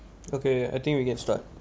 okay I think we can start